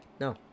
no